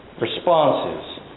responses